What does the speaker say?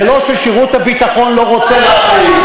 זה לא ששירות הביטחון לא רוצה להכריז.